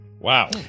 Wow